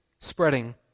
spreading